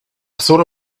thought